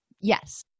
Yes